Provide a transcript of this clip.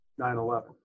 9-11